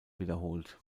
wiederholt